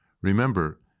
Remember